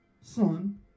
son